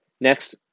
next